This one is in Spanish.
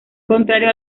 contrario